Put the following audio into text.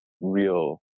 real